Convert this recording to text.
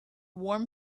warm